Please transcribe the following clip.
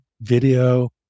video